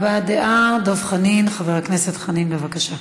הבעת דעה, חבר הכנסת דב חנין, בבקשה.